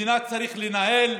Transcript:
מדינה צריך לנהל,